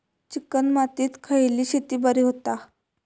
Chicken मातीत खयली शेती बरी होता?